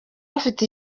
afite